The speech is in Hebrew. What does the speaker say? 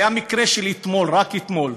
היה מקרה אתמול, רק אתמול.